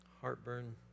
heartburn